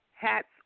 hat's